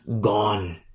gone